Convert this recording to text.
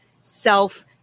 self